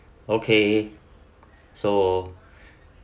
okay so